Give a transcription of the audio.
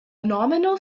nominal